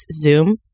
Zoom